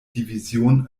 division